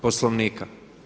Poslovnika.